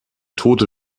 tote